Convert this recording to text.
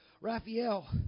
Raphael